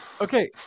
Okay